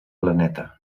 planeta